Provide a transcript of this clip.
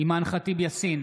אימאן ח'טיב יאסין,